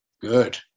Good